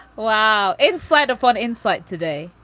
wow. instead of one insight today.